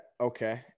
Okay